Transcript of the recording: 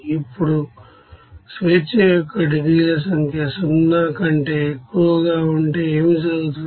ఇప్పుడు degrees of freedom సంఖ్య 0 కంటే ఎక్కువగా ఉంటే ఏమి జరుగుతుంది